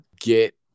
get